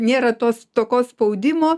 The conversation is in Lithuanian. nėra tos stokos spaudimo